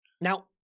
Now